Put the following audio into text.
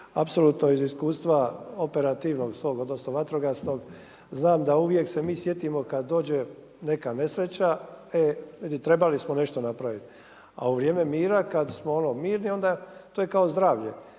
apsolutno iz iskustva operativnog svog odnosno vatrogasnog znam da uvijek se mi sjetimo kada dođe neka nesreća, trebali smo nešto napraviti. A u vrijeme mira, kada smo ono mirni onda, to je kao zdravlje,